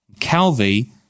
Calvi